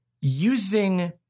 using